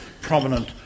prominent